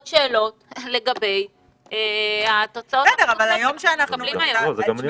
שאלות לגבי התוצאות הטובות שאנחנו מקבלים היום.